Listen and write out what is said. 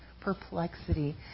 perplexity